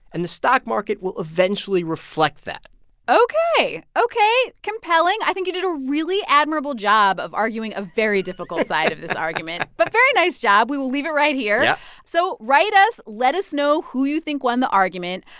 and the stock market will eventually reflect that ok. ok. compelling. i think you did a really admirable job of arguing a very difficult side of this argument but very nice job. we will leave it right here yeah so write us. let us know who you think won the argument.